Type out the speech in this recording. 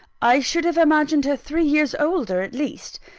i should have imagined her three years older at least.